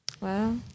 Wow